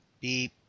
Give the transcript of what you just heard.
beep